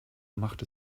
macht